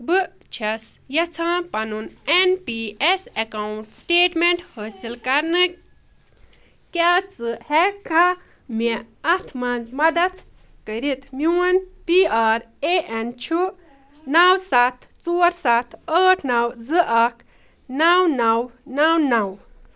بہٕ چھَس یژھان پنُن N P S account statement حٲصل کرنہٕ کیٛاہ ژٕ ہٮ۪ککھا مےٚ اَتھ منٛز مدتھ کٔرِتھ میون پی آر اے اٮ۪ن چھُ نَو سَتھ ژور سَتھ ٲٹھ نَو زٕ اکھ نَو نَو نَو نَو